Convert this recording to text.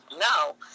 no